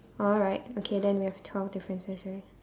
alright okay then we have twelve differences already